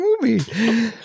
movie